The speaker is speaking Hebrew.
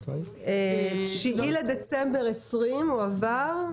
9 בדצמבר 2020 הוא עבר,